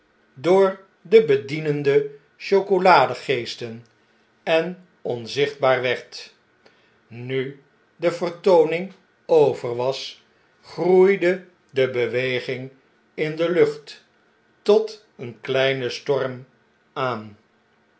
door de oedienende chocoladegeesten en onzichtbaar werd nu de vertooning over was groeide de beweging in de lucht tot een kleinen storm aan